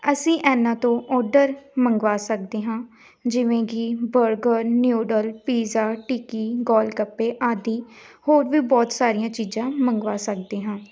ਅਸੀਂ ਇਹਨਾਂ ਤੋਂ ਆਰਡਰ ਮੰਗਵਾ ਸਕਦੇ ਹਾਂ ਜਿਵੇਂ ਕਿ ਬਰਗਰ ਨਿਊਡਲ ਪੀਜ਼ਾ ਟਿੱਕੀ ਗੋਲ ਗੱਪੇ ਆਦਿ ਹੋਰ ਵੀ ਬਹੁਤ ਸਾਰੀਆਂ ਚੀਜ਼ਾਂ ਮੰਗਵਾ ਸਕਦੇ ਹਾਂ